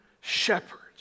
shepherds